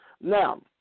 Now